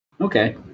Okay